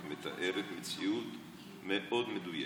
את מתארת מציאות מאוד מדויקת.